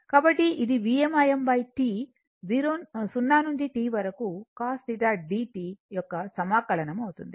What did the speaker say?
కాబట్టి ఇది Vm Im T 0 నుండిT వరకు cos θ dt యొక్క సమాకలనం అవుతుంది